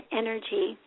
energy